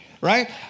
right